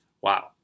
Wow